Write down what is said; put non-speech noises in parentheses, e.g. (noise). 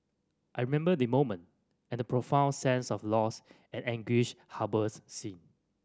I remember the moment and the profound sense of loss and anguish harbour (unintelligible) sin